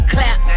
Clap